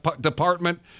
department